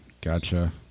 Gotcha